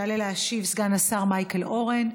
יעלה להשיב סגן השר מייקל אורן,